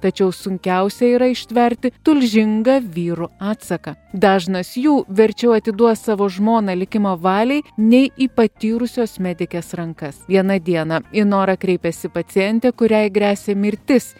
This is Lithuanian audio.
tačiau sunkiausia yra ištverti tulžingą vyrų atsaką dažnas jų verčiau atiduos savo žmoną likimo valiai nei į patyrusios medikės rankas vieną dieną į norą kreipėsi pacientė kuriai gresia mirtis